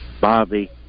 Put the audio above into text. Bobby